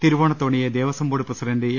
തിരുവോണത്തോണിയെ Devaswom board president A